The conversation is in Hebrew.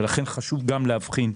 ולכן חשוב להבחין.